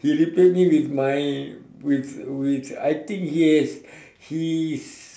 he return me with my with with I think he has he's